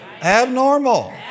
abnormal